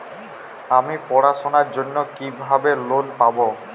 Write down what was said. আমি পড়াশোনার জন্য কিভাবে লোন পাব?